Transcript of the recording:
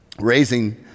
raising